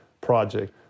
project